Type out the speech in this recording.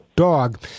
dog